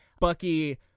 Bucky